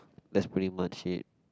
that's pretty much it